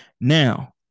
now